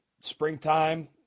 springtime